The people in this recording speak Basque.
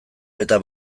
eta